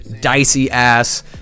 dicey-ass